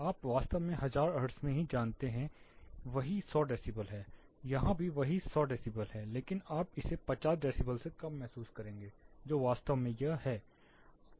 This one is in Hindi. आप वास्तव में 1000 हर्ट्ज में ही जानते हैं वही 100 डेसिबल है यहाँ भी वही 100 डेसिबल है लेकिन आप इसे 50 डेसिबल से कम महसूस करेंगे जो वास्तव में यह है